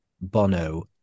bono